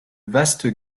vaste